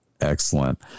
excellent